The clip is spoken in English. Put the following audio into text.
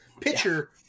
pitcher